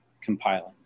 compiling